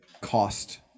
cost